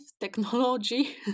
technology